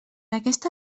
aquesta